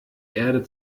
erde